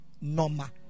number